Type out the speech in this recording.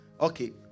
Okay